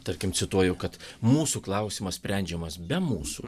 tarkim cituoju kad mūsų klausimas sprendžiamas be mūsų